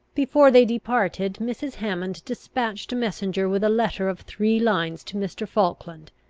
before they departed, mrs. hammond despatched a messenger with a letter of three lines to mr. falkland,